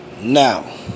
now